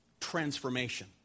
transformation